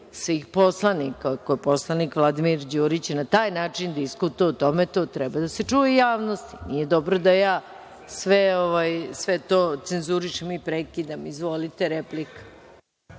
svih poslanika. Ako poslanik Vladimir Đurić na taj način diskutuje o tome, to treba da se čuje u javnosti. Nije dobro da ja sve to cenzurišem i prekidam. Izvolite, replika.